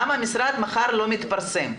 למה המכרז מחר לא מתפרסם?